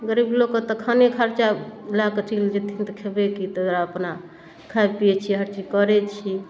गरीब लोकके तऽ खाने खरचा लऽ कऽ चलि जेथिन तऽ खेबै कि तेँ अपना खाइ पिए छी हर चीज करै छी